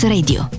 Radio